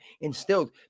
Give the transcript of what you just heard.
instilled